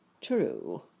True